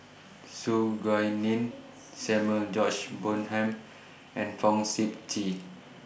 Su Guaning Samuel George Bonham and Fong Sip Chee